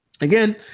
again